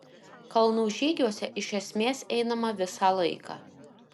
kalnų žygiuose iš esmės einama visą laiką